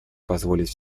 позволить